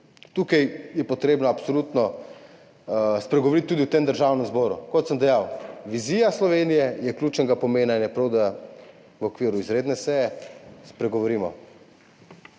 je potrebno o tem spregovoriti tudi v Državnem zboru. Kot sem dejal, vizija Slovenije je ključnega pomena in je prav, da v okviru izredne seje spregovorimo.